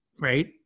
Right